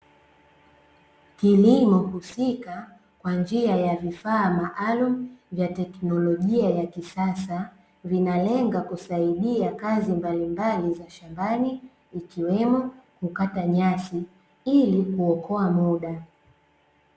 Kilimo husika kwa njia ya vifaa maalumu vya teknolojia ya kisasa, vinalenga kusaidia kazi mbalimbali za shambani, ikiwemo kukata nyasi, ili kuokoa muda.